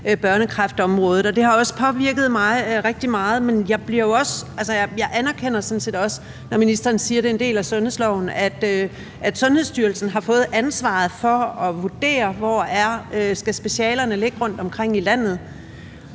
børnekræftområdet. Det har også påvirket mig rigtig meget. Men jeg anerkender det sådan set også, når ministeren siger, at det er en del af sundhedsloven, at Sundhedsstyrelsen har ansvaret for at vurdere, hvor specialerne skal ligge rundtomkring i landet.